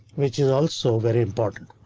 which is also very important.